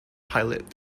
pilot